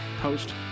Host